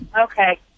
Okay